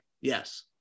Yes